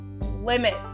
limits